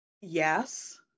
yes